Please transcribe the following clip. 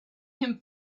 him